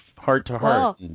heart-to-heart